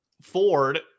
Ford